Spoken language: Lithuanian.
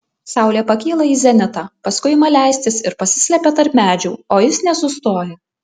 saulė pakyla į zenitą paskui ima leistis ir pasislepia tarp medžių o jis nesustoja